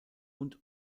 und